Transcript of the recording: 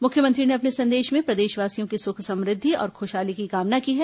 मुख्यमंत्री ने अपने संदेश में प्रदेशवासियों की सुख समृद्धि और खुशहाली की कामना की है